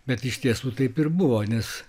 bet iš tiesų taip ir buvo nes